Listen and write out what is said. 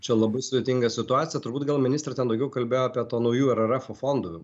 čia labai sudėtinga situacija turbūt gal ministre ten daugiau kalbėjo apie tų naujų ererefo fondų